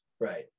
right